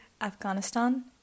Afghanistan